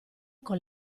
con